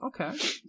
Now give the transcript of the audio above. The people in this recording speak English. Okay